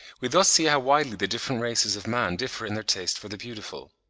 we thus see how widely the different races of man differ in their taste for the beautiful.